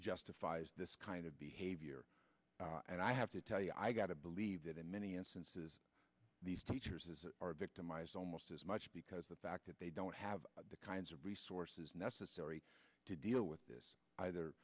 justifies this kind of behavior and i have to tell you i've got to believe that in many instances these teachers are victimized almost as much because the fact that they don't have the kinds of resources necessary to deal with this either